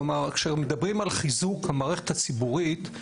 כשמדברים על חיזוק המערכת הציבורית,